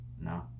no